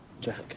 Jack